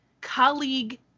colleague